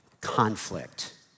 conflict